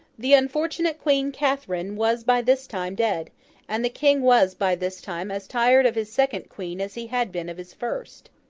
the unfortunate queen catherine was by this time dead and the king was by this time as tired of his second queen as he had been of his first.